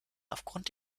aufgrund